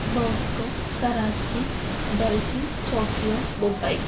bosco Karachi Delhi Tokyo Mumbai